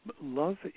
love